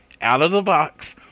out-of-the-box